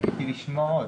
קיוויתי לשמוע עוד.